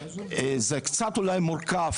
זה קצת אולי מורכב,